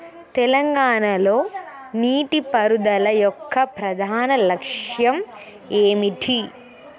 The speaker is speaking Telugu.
తెలంగాణ లో నీటిపారుదల యొక్క ప్రధాన లక్ష్యం ఏమిటి?